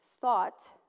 thought